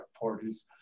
parties